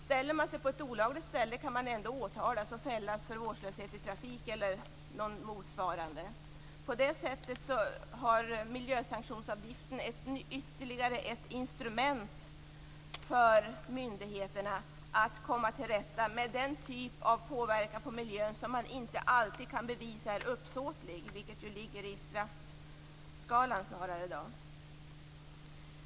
Ställer man bilen på ett olagligt ställe kan man åtalas och fällas för vårdslöshet i trafik eller motsvarande. På det sättet ger miljösanktionsavgiften ett ytterligare instrument för myndigheterna att komma till rätta med den typ av påverkan på miljön som inte alltid kan bevisas är uppsåtlig - vilket ligger i straffskalan.